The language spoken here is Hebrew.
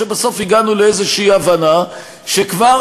כיושבת-ראש הוועדה שטיפלה בנושא הזה,